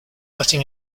letting